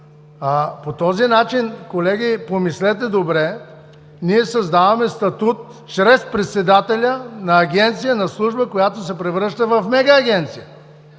По този начин, колеги, помислете добре, ние създаваме статут чрез председателя на Агенция, на служба, която се превръща в мега агенция.